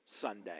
Sunday